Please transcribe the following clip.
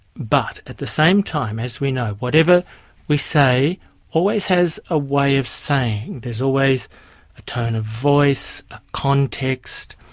but, at the same time, as we know, whatever we say always has a way of saying, there's always a tone of voice, a context,